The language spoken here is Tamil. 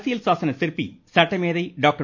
அரசியல் சாசன சிற்பி சட்டமேதை டாக்டர்